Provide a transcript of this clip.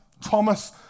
Thomas